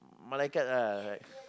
malaikat ah